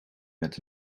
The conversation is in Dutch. met